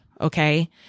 okay